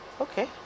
Okay